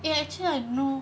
ya actually I know